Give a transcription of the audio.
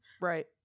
right